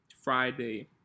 Friday